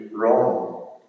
wrong